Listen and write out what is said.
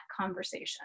conversation